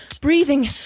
Breathing